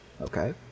Okay